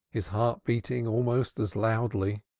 his heart beating almost as loudly.